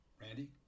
Randy